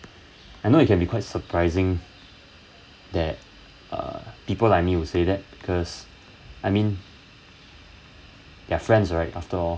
I know it can be quite surprising that uh people like me would say that because I mean they're friends right after all